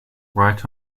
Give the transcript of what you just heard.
right